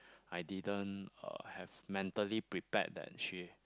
I didn't uh have mentally prepared that she